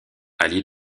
allié